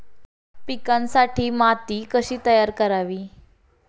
पिकांसाठी माती कशी तयार करावी?